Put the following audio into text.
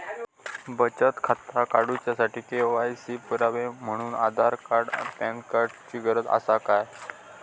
बचत खाता काडुच्या साठी के.वाय.सी पुरावो म्हणून आधार आणि पॅन कार्ड चा गरज आसा काय?